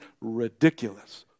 ridiculous